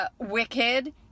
wicked